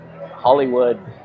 Hollywood